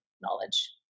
knowledge